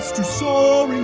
to soaring